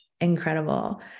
incredible